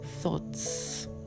thoughts